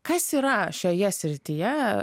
kas yra šioje srityje